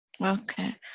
Okay